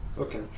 Okay